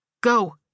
Go